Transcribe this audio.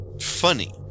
funny